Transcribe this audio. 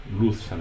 luz